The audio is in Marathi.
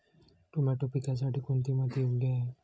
टोमॅटो पिकासाठी कोणती माती योग्य आहे?